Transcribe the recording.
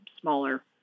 smaller